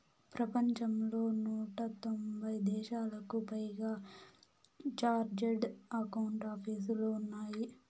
ప్రపంచంలో నూట తొంభై దేశాలకు పైగా చార్టెడ్ అకౌంట్ ఆపీసులు ఉన్నాయి